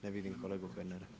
Ne vidim kolegu Pernara.